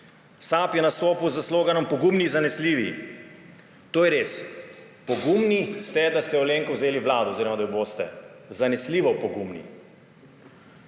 SAB je nastopil s sloganom Pogumni in zanesljivi, to je res. Pogumni ste, da ste Alenko vzeli v vlado oziroma da jo boste, zanesljivo pogumni.